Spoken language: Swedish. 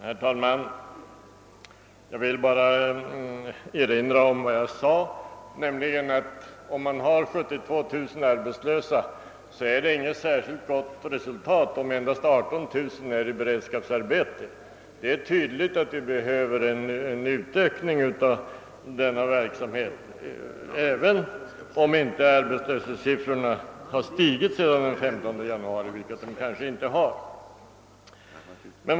Herr talman! Jag vill erinra om vad jag sade i mitt förra anförande, att om endast 18 000 av 82000 arbetslösa sysselsättes i beredskapsarbete är det inte något särskilt gott resultat. Det är tydligt att denna verksamhet behöver ökas även om arbetslöshetssiffrorna inte stigit sedan den 15 januari, vilket de kanske inte har gjort.